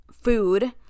food